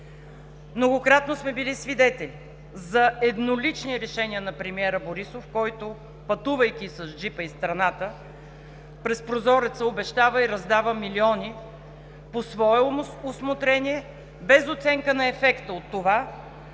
Многократно сме били свидетели за еднолични решения на премиера Борисов, който, пътувайки с джипа из страната, през прозореца обещава и раздава милиони по свое усмотрение, без оценка на ефекта от това,